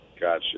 gotcha